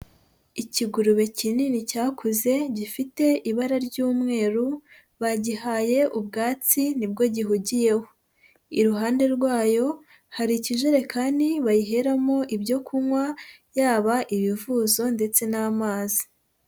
Ikigurube kinini cyakuze, gifite ibara ry'umweru, bagihaye ubwatsi nibwo gihugiyeho. Iruhande rwayo, hari ikijerekani bayiheramo ibyo kunywa, yaba ibivuzo ndetse n'amazi.